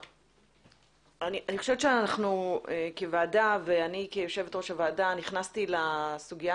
אני חושבת שאנחנו כוועדה ואני כיושבת ראש הוועדה נכנסתי לסוגיה